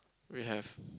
we have